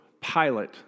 Pilate